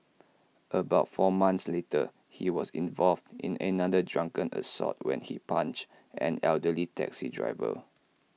about four months later he was involved in another drunken assault when he punched an elderly taxi driver